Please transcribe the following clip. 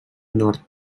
nord